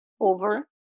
Over